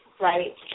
right